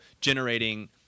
generating